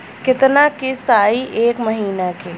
कितना किस्त आई एक महीना के?